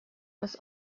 was